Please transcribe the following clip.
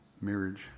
marriage